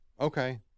okay